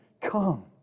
come